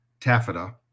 taffeta